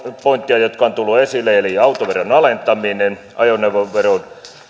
pointtia jotka ovat tulleet esille ovat autoveron alentaminen ajoneuvoveron